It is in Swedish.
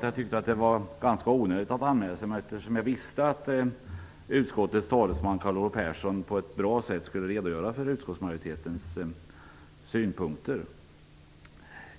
Jag tyckte att det var ganska onödigt att anmäla mig eftersom jag visste att utskottets talesman Carl Olov Persson på ett bra sätt skulle redogöra för utskottsmajoritetens synpunkter.